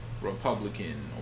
Republican